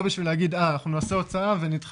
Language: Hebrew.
לא בשביל להגיד: אנחנו נעשה הוצאה ונדחה